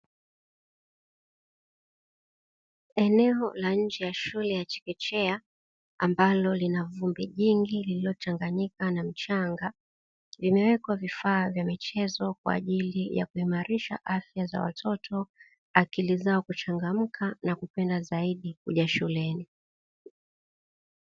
Eneo la nje ka shule ya chekechea ambalo Lina vumbi jingi lililochanganyikana na mchanga ,limewekwa vifaa vya michezo kwa ajili ya kuimarisha afya za watoto, akili zao ziweze kuchangamka na kupenda zaidi kuja shuleni.